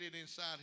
inside